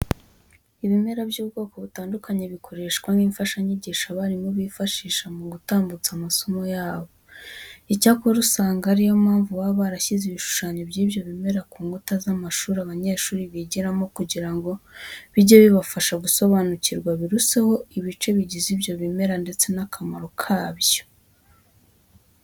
Ibimera by'ubwoko butandukanye bikoreshwa nk'imfashanyigisho abarimu bifashisha mu gutambutsa amasomo yabo. Icyakora, usanga ari yo mpamvu baba barashyize ibishushanyo by'ibyo bimera ku nkuta z'amashuri abanyeshuri bigiramo kugira ngo bijye bibafasha gusobanukirwa biruseho ibice bigize ibyo bimera ndetse n'akamaro kabyo.